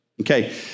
Okay